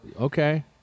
okay